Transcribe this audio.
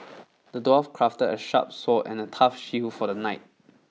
the dwarf crafted a sharp sword and a tough shield for the knight